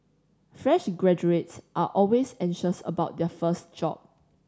fresh graduates are always anxious about their first job